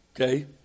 Okay